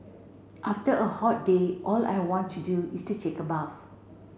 after a hot day all I want to do is to take a bath